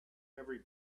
every